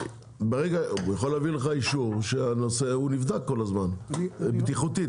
הוא יכול לתת לך אישור שהוא נבדק בטיחותית כל הזמן,